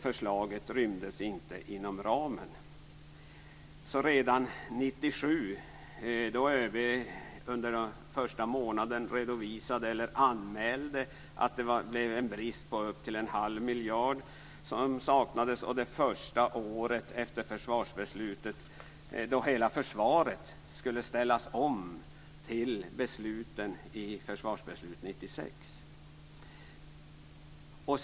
Förslaget rymdes alltså inte inom budgetramen. Redan den första månaden 1997 anmälde ÖB att upp till en halv miljard kronor saknades. Och det första året efter försvarsbeslutet skulle hela försvaret ställas om till besluten i försvarsbeslutet 1996.